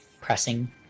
Pressing